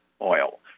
oil